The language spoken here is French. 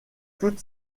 toutes